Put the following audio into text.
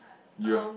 you're